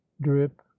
drip